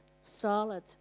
solid